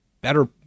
better